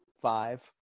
five